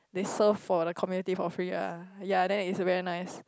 they serve for the community for free ah ya then it's very nice